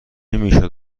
میشد